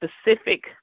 specific